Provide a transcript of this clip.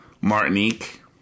Martinique